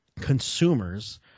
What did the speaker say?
consumers –